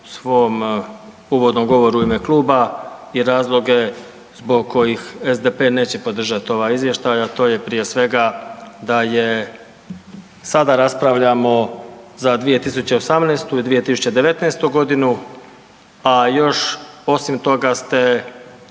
svom uvodnom govoru i ime kluba i razloge zbog kojih SDP neće podržati ovaj izvještaj, a to je prije svega da je sada raspravljamo za 2018. i 2019. godinu, a još osim toga ste